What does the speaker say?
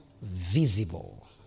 visible